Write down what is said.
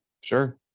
Sure